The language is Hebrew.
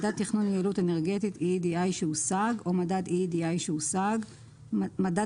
"מדד תכנון יעילות אנרגטית (EEDI) שהושג או מדד EEDI שהושג מדד